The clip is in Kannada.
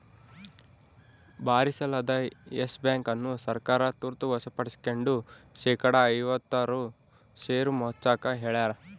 ಭಾರಿಸಾಲದ ಯೆಸ್ ಬ್ಯಾಂಕ್ ಅನ್ನು ಸರ್ಕಾರ ತುರ್ತ ವಶಪಡಿಸ್ಕೆಂಡು ಶೇಕಡಾ ಐವತ್ತಾರು ಷೇರು ಮುಚ್ಚಾಕ ಹೇಳ್ಯಾರ